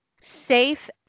safe